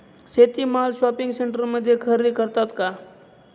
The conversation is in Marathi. शेती माल शॉपिंग सेंटरमध्ये खरेदी करतात का?